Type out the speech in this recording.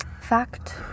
fact